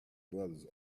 brothers